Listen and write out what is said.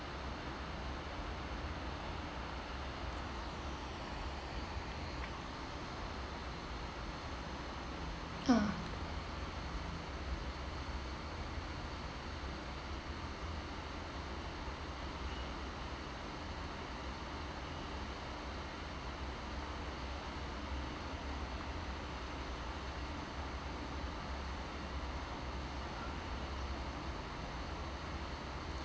ah